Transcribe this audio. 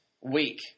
week